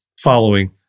following